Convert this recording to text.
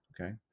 okay